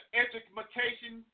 education